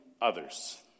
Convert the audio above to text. others